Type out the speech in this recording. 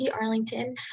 Arlington